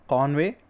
Conway